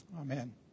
Amen